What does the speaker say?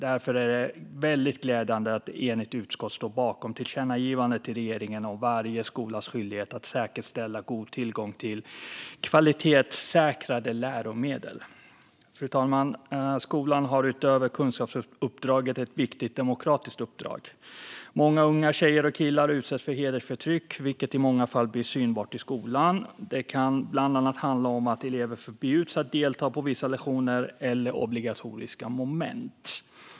Därför är det väldigt glädjande att ett enigt utskott står bakom tillkännagivandet till regeringen om varje skolas skyldighet att säkerställa god tillgång till kvalitetssäkrade läromedel. Fru talman! Skolan har utöver kunskapsuppdraget ett viktigt demokratiskt uppdrag. Många unga tjejer och killar utsätts för hedersförtryck, vilket i många fall blir synbart i skolan. Det kan bland annat handla om att elever förbjuds att delta på vissa lektioner eller obligatoriska moment.